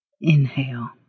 Inhale